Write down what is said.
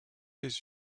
les